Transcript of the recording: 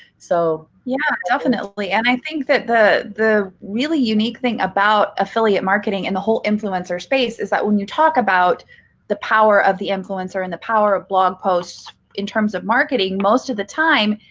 so yeah, definitely. and i think that the the really unique thing about affiliate marketing and the whole influencer space is that when you talk about the power of the influencer and the power of blog posts, in terms of marketing, most of the time,